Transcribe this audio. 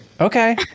Okay